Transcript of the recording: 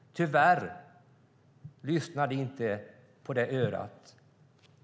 Tyvärr lyssnar ni inte på det örat.